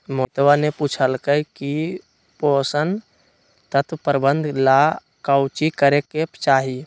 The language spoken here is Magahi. मोहितवा ने पूछल कई की पोषण तत्व प्रबंधन ला काउची करे के चाहि?